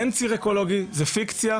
אין ציר אקולוגי, זו פיקציה.